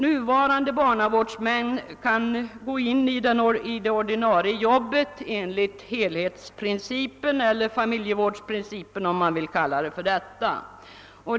Nuvarande barnavårdsmän kan gå in i det ordinarie jobbet enligt helhetsprincipen eller — om man så vill — familjevårdsprincipen.